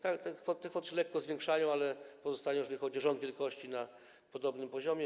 Te kwoty się lekko zwiększają, ale pozostają, jeżeli chodzi o rząd wielkości, na podobnym poziomie.